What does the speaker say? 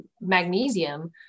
magnesium